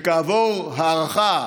כעבור הערכה,